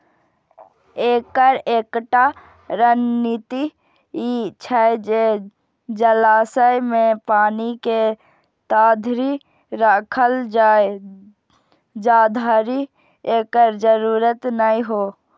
एकर एकटा रणनीति ई छै जे जलाशय मे पानि के ताधरि राखल जाए, जाधरि एकर जरूरत नै हो